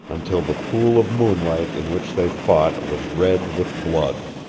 until the pool of moonlight in which they fought was red with blood.